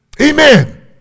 amen